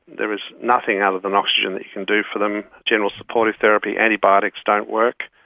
there is nothing other than oxygen that you can do for them, general supportive therapy. antibiotics don't work.